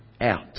out